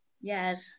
Yes